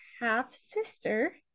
half-sister